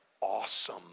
awesome